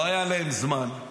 לא היה להם זמן,